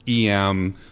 EM